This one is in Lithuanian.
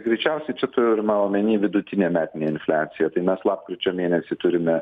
greičiausiai čia turima omeny vidutinė metinė infliacija tai mes lapkričio mėnesį turime